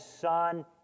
Son